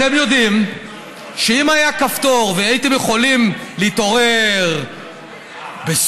אתם יודעים שאם היה כפתור והייתם יכולים להתעורר בסוריה,